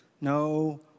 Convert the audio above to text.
No